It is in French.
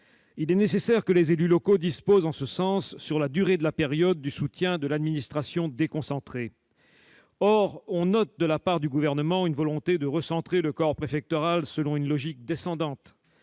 Il est nécessaire que les élus locaux disposent en ce sens, sur la durée de cette période, du soutien de l'administration déconcentrée. Or on note de la part du Gouvernement une volonté de recentrer le corps préfectoral selon une logique descendante.